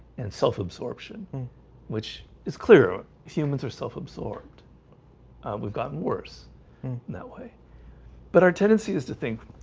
and self-absorption which is clear humans are self-absorbed we've gotten worse that way but our tendency is to think